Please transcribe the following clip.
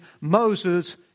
Moses